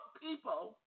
people